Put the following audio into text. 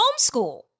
homeschool